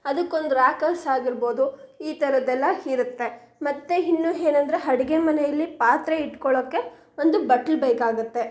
ಅದಕ್ಕೊಂದು ರ್ಯಾಕರ್ಸ್ ಆಗಿರ್ಬೋದು ಈ ಥರದ್ದೆಲ್ಲ ಇರುತ್ತೆ ಮತ್ತು ಇನ್ನೂ ಏನಂದ್ರೆ ಅಡ್ಗೆ ಮನೆಯಲ್ಲಿ ಪಾತ್ರೆ ಇಟ್ಕೊಳ್ಳೋಕ್ಕೆ ಒಂದು ಬಟ್ಲು ಬೇಕಾಗುತ್ತೆ